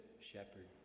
shepherd